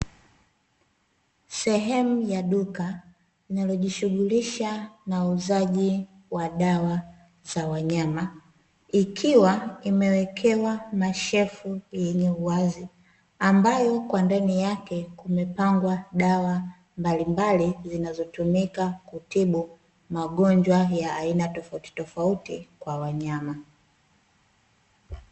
Sehemu ya duka linalojishughulisha na uuzaji wa dawa za wanyama. Ikiwa imewekewa mashelfu yenye uwazi ambayo kwa ndani yake kumepangwa dawa mbalimbali zinazotumika kutibu magonjwa ya aina tofautitofauti kwa wanyama.